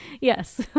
yes